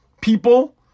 people